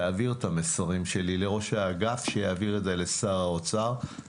תעביר את המסרים שלי לראש האגף שיעביר את המצב הקיים לשר האוצר.